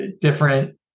different